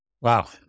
Wow